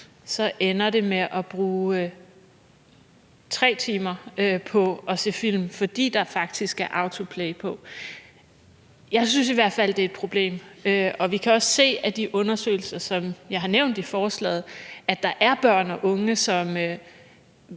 så ender det med at bruge 3 timer på at se film, fordi der faktisk er autoplay på? Jeg synes i hvert fald, det er et problem. Vi kan også se af de undersøgelser, som jeg har nævnt i forslaget, at der er børn og unge, som